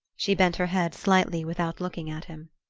she bent her head slightly, without looking at him.